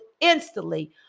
Instantly